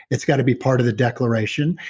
it's got to be part of the declaration,